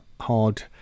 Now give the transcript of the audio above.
hard